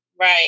Right